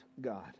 God